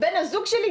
בן הזוג שלי,